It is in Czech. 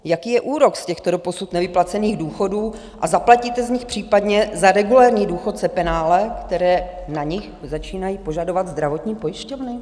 Jaký je úrok z těchto doposud nevyplacených důchodů a zaplatíte z nich případně za regulérní důchodce penále, které na nich začínají požadovat zdravotní pojišťovny?